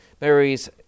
Mary's